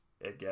again